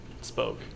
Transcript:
spoke